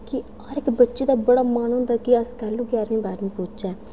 कि हर इक बच्चे दा बड़ा मन होंदा कि अस गैह्रमीं बाह्रमीं पुज्जचै